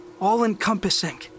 all-encompassing